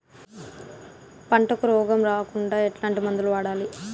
పంటకు రోగం రాకుండా ఎట్లాంటి మందులు వాడాలి?